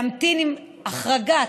להמתין עם החרגת